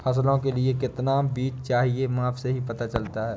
फसलों के लिए कितना बीज चाहिए माप से ही पता चलता है